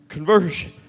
Conversion